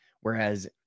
whereas